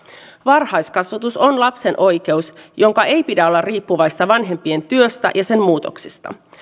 varhaiskasvatus on lapsen oikeus jonka ei pidä olla riippuvaista vanhempien työstä ja sen muutoksista